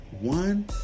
one